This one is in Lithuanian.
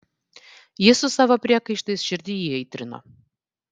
ji su savo priekaištais širdį įaitrino